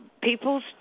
people's